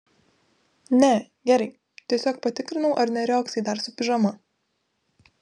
ne gerai tiesiog patikrinau ar neriogsai dar su pižama